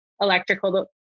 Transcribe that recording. electrical